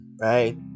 right